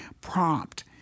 prompt